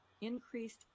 increased